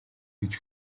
гэж